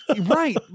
Right